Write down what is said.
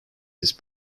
this